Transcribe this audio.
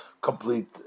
complete